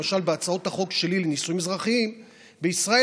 למשל בהצעות החוק שלי לנישואין אזרחיים בישראל,